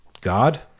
god